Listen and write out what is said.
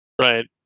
Right